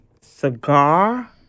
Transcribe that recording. cigar